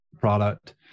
product